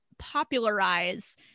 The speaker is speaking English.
popularize